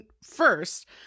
first